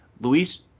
Luis